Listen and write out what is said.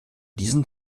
diesen